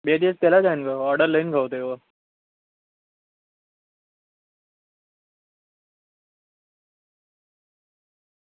બે દિવસ પહેલાં જ આવીને ગયો ઓર્ડર લઈને ગયો હતો એ રહ્યો